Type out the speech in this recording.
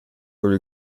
would